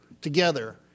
together